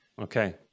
Okay